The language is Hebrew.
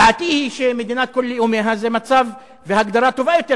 דעתי היא שמדינת כל לאומיה זה מצב והגדרה טובים יותר,